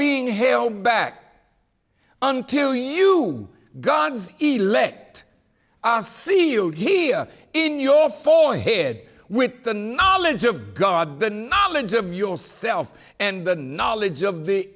being held back until you god's elect see you here in your forehead with the knowledge of god the knowledge of yourself and the knowledge of the